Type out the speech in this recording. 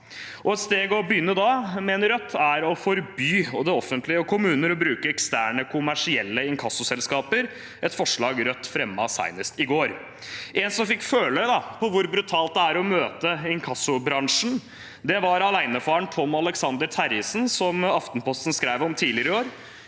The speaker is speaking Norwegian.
et sted å begynne er å forby det offentlige og kommuner å bruke eksterne kommersielle inkassoselskaper, et forslag Rødt fremmet senest i går. En som fikk føle på hvor brutalt det er å møte inkassobransjen, var alenefaren Tom Alexander Terjesen, som Aftenposten skrev om tidligere i år.